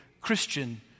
Christian